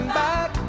back